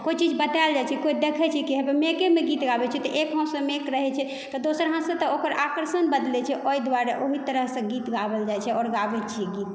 कोय चीज बतायल जाइ छै कोइ देखै छै की माइकेमे गीत गाबै छियै तऽ एक हाथसँ माइक रहय छै तऽ दोसर हाथसँ तऽ ओकर आकर्षण बदलिय छियै ओहि दुआरे ओहि तरहसँ गीत गाओल जाइ छै आओर गाबै छियै गीत